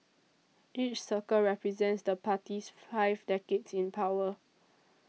each circle represents the party's five decades in power